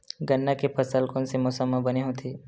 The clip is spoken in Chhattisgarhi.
गन्ना के फसल कोन से मौसम म बने होथे?